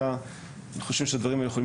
אלא אנחנו חושבים שהדברים האלה יכולים